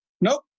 Nope